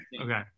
Okay